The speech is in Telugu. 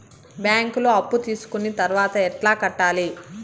బ్యాంకులో అప్పు తీసుకొని తర్వాత ఎట్లా కట్టాలి?